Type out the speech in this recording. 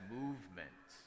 movement